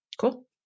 Cool